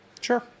sure